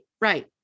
right